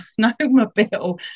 snowmobile